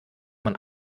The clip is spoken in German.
man